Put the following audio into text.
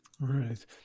Right